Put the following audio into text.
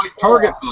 Target